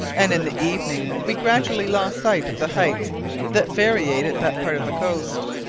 and in the evening we gradually lost sight of the heights that variated that part of the coast.